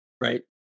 right